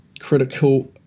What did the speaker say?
critical